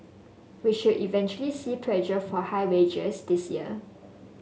we should eventually see pressure for higher wages this year